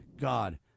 God